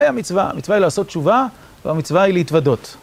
המצווה, המצווה היא לעשות תשובה והמצווה היא להתוודות